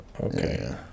okay